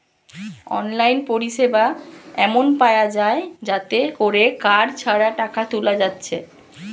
online পরিসেবা এমন পায়া যায় যাতে কোরে কার্ড ছাড়া টাকা তুলা যাচ্ছে